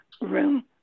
room